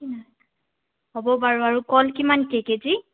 হ'ব বাৰু আৰু কল কিমান কি কেজি